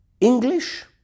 English